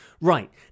Right